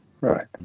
Right